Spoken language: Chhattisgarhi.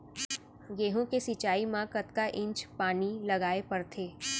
गेहूँ के सिंचाई मा कतना इंच पानी लगाए पड़थे?